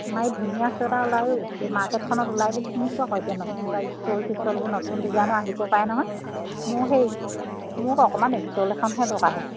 সোণাৰিত ধুনীয়া চুৱেটাৰ ওলায় অ' সেই মাৰ্কেটখনত ওলাই বুলি শুনিছোঁ আকৌ এতিয়া নতুনকৈ ষ্টল চিষ্টলবোৰ নতুন ডিজাইনৰ আহিব পাই নহয় মোৰ সেই মোক অকণমান ষ্টল এখনহে দৰকাৰ হৈছে